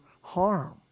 harm